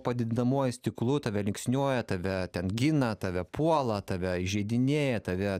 padidinamuoju stiklu tave linksniuoja tave ten gina tave puola tave įžeidinėja tave